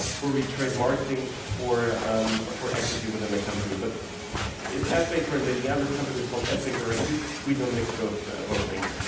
where we trade marketing for um for equity within the company. but it's adbaker and the the other company is called epic or like iq. we don't mix both both things.